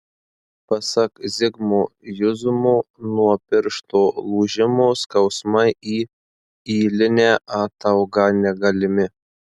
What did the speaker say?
pasak zigmo juzumo nuo piršto lūžimo skausmai į ylinę ataugą negalimi